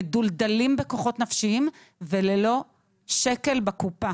מדולדלים בכוחות נפשיים וללא שקל בקופה